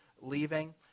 leaving